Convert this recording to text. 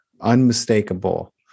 unmistakable